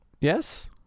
Yes